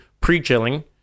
pre-chilling